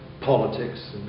politics